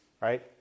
Right